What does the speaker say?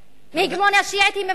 מהגמוניה שיעית היא מפחדת,